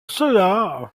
cela